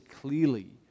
clearly